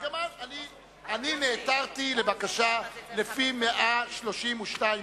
אני נעתרתי לבקשה לפי 132(ב).